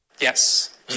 Yes